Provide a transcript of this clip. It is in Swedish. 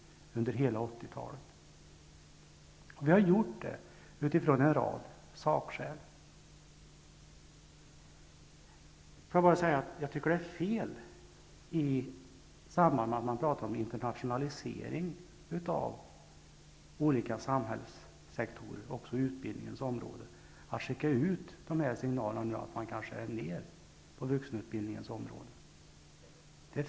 Det har vi gjort utifrån en rad sakskäl. Jag tycker att det är fel att skicka ut signaler om nedskärning på vuxenutbildningens område i samband med tal om internationalisering av olika samhällssektorer -- också på utbildningens område.